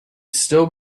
still